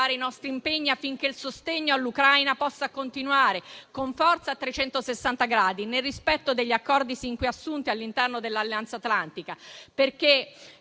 i nostri impegni affinché il sostegno all'Ucraina possa continuare con forza a 360 gradi, nel rispetto degli accordi sin qui assunti all'interno dell'Alleanza Atlantica. È